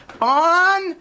on